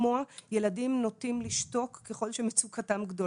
שהתלמידים הגיעו לבתי הספר אז הייתה